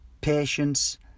patience